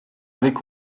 avaient